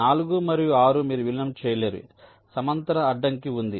4 మరియు 6 మీరు విలీనం చేయలేరు సమాంతర అడ్డంకి ఉంది